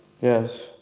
Yes